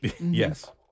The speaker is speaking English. Yes